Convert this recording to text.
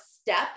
step